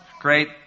Great